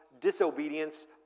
disobedience